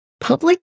public